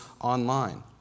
online